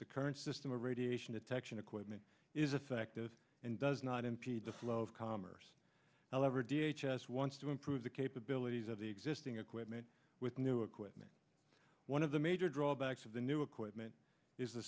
the current system of radiation detection equipment is effective and does not impede the flow of commerce however d h h s wants to improve the capabilities of the existing equipment with new equipment one of the major drawbacks of the new equipment is the